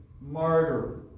Martyr